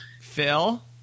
Phil